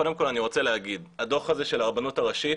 קודם אני רוצה להגיד: הדוח הזה של הרבנות הראשית